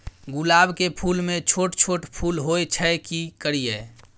गुलाब के फूल में छोट छोट फूल होय छै की करियै?